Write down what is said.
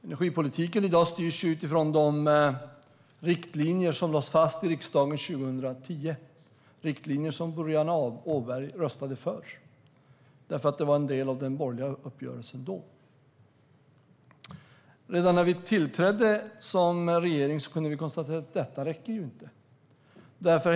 Energipolitiken i dag styrs utifrån de riktlinjer som lades fast i riksdagen 2010, riktlinjer som Boriana Åberg röstade för, för det var en del av den borgerliga uppgörelsen då. Redan när vi tillträdde som regering kunde vi konstatera att det inte räcker.